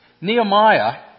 Nehemiah